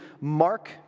Mark